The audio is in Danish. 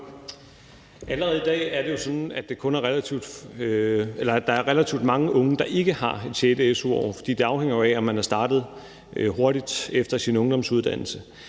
Allerede i dag er det jo sådan, at der er relativt mange unge, der ikke har et sjette su-år, for det afhænger jo af, om man er startet hurtigt efter sin ungdomsuddannelse.